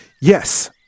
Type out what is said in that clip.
yes